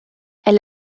est